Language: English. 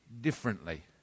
differently